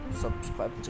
subscribe